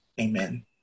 Amen